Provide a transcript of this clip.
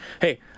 hey